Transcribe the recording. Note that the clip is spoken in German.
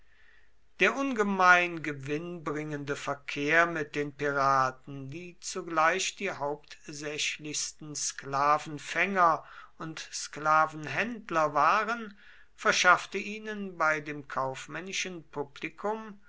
der ungemein gewinnbringende verkehr mit den piraten die zugleich die hauptsächlichsten sklavenfänger und sklavenhändler waren verschaffte ihnen bei dem kaufmännischen publikum